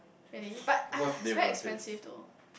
really but ah it's very expensive to